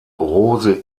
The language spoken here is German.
rose